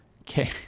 Okay